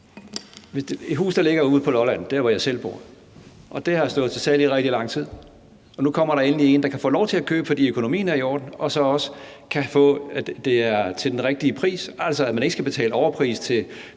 et hus, der ligger på Lolland – der, hvor jeg selv bor – har stået til salg i rigtig lang tid, og nu kommer der endelig en, der kan få lov til at købe det, fordi økonomien er i orden, og som også kan få det til den rigtige pris, altså så vedkommende ikke skal betale overpris til